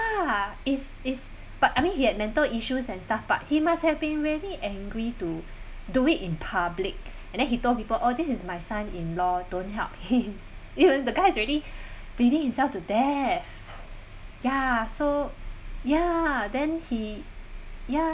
is is but I mean he had mental issues and stuff but he must have been really angry to do it in public and then he told people oh this is my son in law don't help he even the guy is already bleeding himself to death ya so ya then he ya